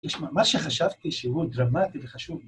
יש מה, מה שחשבתי, שהוא דרמטי וחשוב.